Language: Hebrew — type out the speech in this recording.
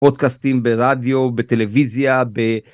פודקאסטים ברדיו בטלוויזיה ב...